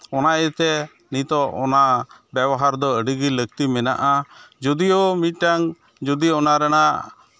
ᱚᱱᱟ ᱤᱭᱟᱹᱛᱮ ᱱᱤᱛᱳᱜ ᱚᱱᱟ ᱵᱮᱵᱚᱦᱟᱨ ᱫᱚ ᱟᱹᱰᱤ ᱜᱮ ᱞᱟᱹᱠᱛᱤ ᱢᱮᱱᱟᱜᱼᱟ ᱡᱩᱫᱤᱭᱳ ᱢᱤᱫᱴᱟᱝ ᱡᱩᱫᱤ ᱚᱱᱟ ᱨᱮᱱᱟᱜ